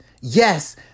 Yes